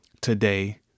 today